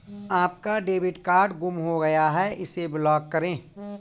आपका debit card गुम हो गया है इसे ब्लॉक करें